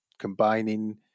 combining